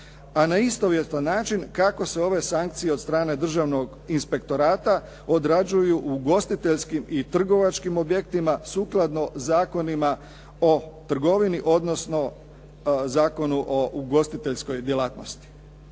A na istovjetan način kako se ove sankcije od Državnog inspektorata odrađuju u ugostiteljskim i trgovačkim objektima sukladno Zakonima o trgovini, odnosno Zakonu o ugostiteljskoj djelatnosti.